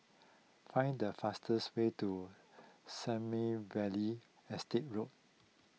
find the fastest way to Sommerville Estate Road